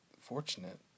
fortunate